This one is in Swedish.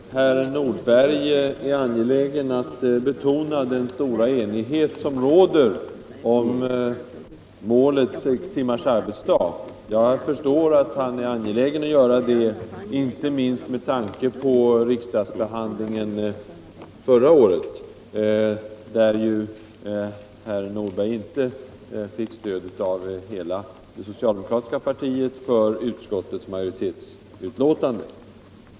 Herr talman! Herr Nordberg är angelägen att betona den stora enighet som råder om målet sex timmars arbetsdag. Jag förstår att han är angelägen att göra det, inte minst med tanke på riksdagsbehandlingen förra året. Då fick ju inte herr Nordberg stöd av hela den socialdemokratiska gruppen för utskottsmajoritetens förslag.